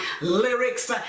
lyrics